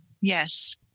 Yes